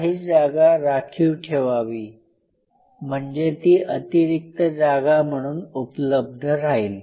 काही जागा राखीव ठेवावी म्हणजे ती अतिरिक्त जागा म्हणून उपलब्ध राहील